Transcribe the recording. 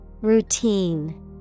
Routine